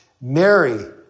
Mary